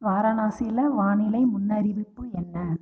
வாரணாசியில் வானிலை முன்னறிவிப்பு என்ன